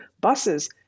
buses